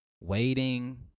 waiting